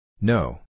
No